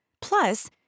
Plus